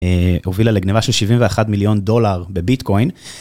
הובילה לגניבה של 71 מיליון דולר בביטקוין.